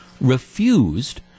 refused